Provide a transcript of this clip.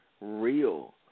real